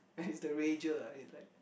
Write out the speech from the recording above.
ya he's the rager ah he's like